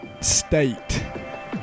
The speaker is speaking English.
state